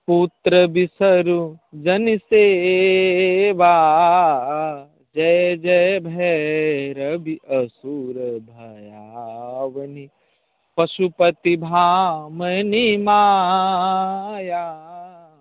पुत्र बिसरू जनि सेवा जय जय भैरवि असुर भयाउनि पशुपति भामिनी माया